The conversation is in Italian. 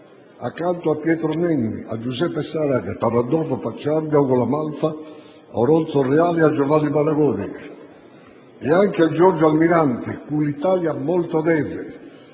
accanto a Pietro Nenni, a Giuseppe Saragat, a Randolfo Pacciardi, a Ugo La Malfa e Oronzo Reale, a Giovanni Malagodi e anche a Giorgio Almirante, cui l'Italia molto deve